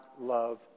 love